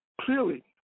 Clearly